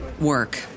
work